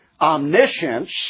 omniscience